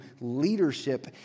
leadership